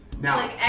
Now